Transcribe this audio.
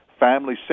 family